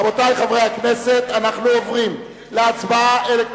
רבותי חברי הכנסת, אנחנו עוברים להצבעה אלקטרונית.